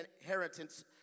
inheritance